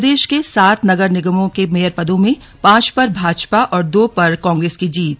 प्रदेश के सात नगर निगमों के मेयर पदों में पांच पर भाजपा और दो पर कांग्रेस की जीत